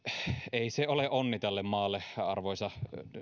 ei se ole onni tälle maalle arvoisa